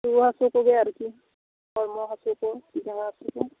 ᱨᱩᱣᱟᱹ ᱦᱟᱹᱥᱩ ᱠᱚᱜᱮ ᱟᱨᱠᱤ ᱦᱚᱲᱢᱚ ᱦᱟᱹᱥᱩ ᱠᱚ ᱡᱟᱜᱟ ᱦᱟᱹᱥᱩ ᱠᱚ